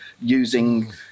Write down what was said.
using